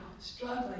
struggling